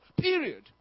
Period